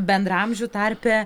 bendraamžių tarpe